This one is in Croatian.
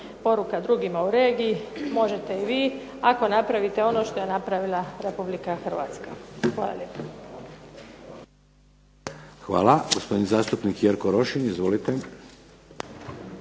poruka drugima u regiji možete i vi ako napravite ono što je napravila Republika Hrvatska. Hvala lijepa. **Šeks, Vladimir (HDZ)** Hvala. Gospodin zastupnik Jerko Rošin. Izvolite.